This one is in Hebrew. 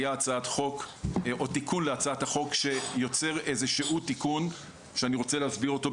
היה תיקון להצעת החוק שיוצר איזה שהוא תיקון שאני ארצה להסביר אותו,